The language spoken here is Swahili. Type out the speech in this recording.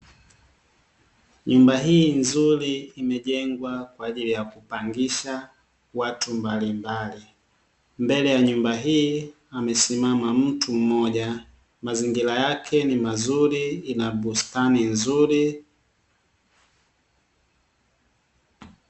Nyumba hii nzuri imejengwa kwa ajili ya kupangisha watu mbalimbali. Mbele ya nyumba hii amesimama mtu mmoja, mazingira yake ni mazuri ina bustani nzuri.